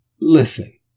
Listen